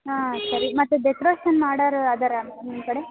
ಹಾಂ ಸರಿ ಮತ್ತು ಡೆಕ್ರೇಷನ್ ಮಾಡೋರು ಅದಾರಾ ಮೇಡಮ್ ನಿಮ್ಮ ಕಡೆ